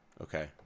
Okay